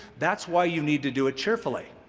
that's why you need to do it cheerfully.